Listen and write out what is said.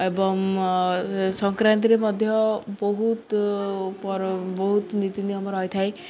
ଏବଂ ସଂକ୍ରାନ୍ତିରେ ମଧ୍ୟ ବହୁତ ବହୁତ ନୀତିନିୟମ ରହିଥାଏ